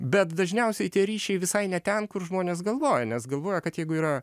bet dažniausiai tie ryšiai visai ne ten kur žmonės galvoja nes galvoja kad jeigu yra